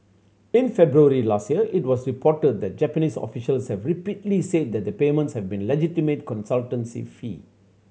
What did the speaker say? in February last year it was reported that Japanese officials had repeatedly said the payments had been legitimate consultancy fee